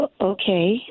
Okay